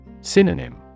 Synonym